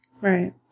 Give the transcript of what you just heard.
Right